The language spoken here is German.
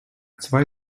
zwei